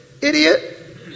idiot